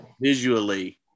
visually